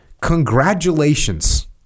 Congratulations